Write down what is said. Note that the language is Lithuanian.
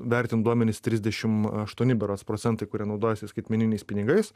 vertinti duomenis trisdešim aštuoni berods procentai kurie naudojasi skaitmeniniais pinigais